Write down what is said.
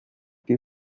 the